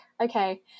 okay